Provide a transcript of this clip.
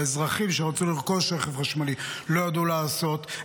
האזרחים שרצו לרכוש רכב חשמלי לא ידעו מה לעשות,